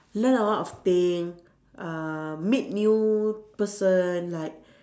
learn a lot of thing uh meet new person like